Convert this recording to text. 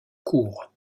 court